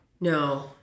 No